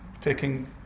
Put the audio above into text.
taking